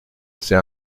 c’est